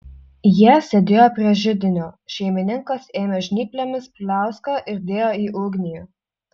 jie sėdėjo prie židinio šeimininkas ėmė žnyplėmis pliauską ir dėjo į ugnį